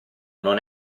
non